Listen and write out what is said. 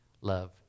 love